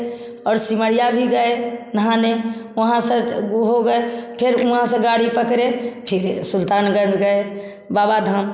और सिमड़िया भी गए नहाने वहाँ सर वह हों गए फिर वहाँ से गाड़ी पकड़े फिर सुल्तान गंज गए बाबा धाम